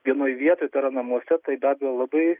vienoj vietoj tai yra namuose tai be abejo labai